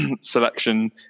selection